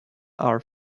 are